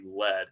led